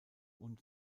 und